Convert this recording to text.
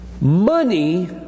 Money